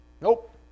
Nope